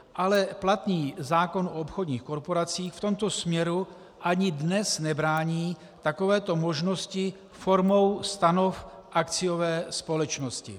Ale platný zákon o obchodních korporacích v tomto směru ani dnes nebrání takovéto možnosti formou stanov akciové společnosti.